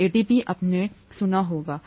ATP आपने सुना होगा है ना